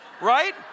right